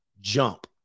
jump